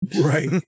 Right